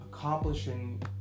Accomplishing